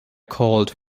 called